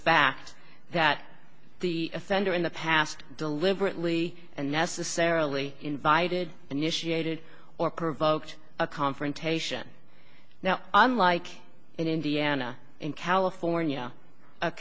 fact that the offender in the past deliberately and necessarily invited initiated or provoked a confrontation now unlike in indiana in california a